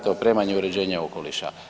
To je opremanje i uređenje okoliša.